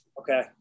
Okay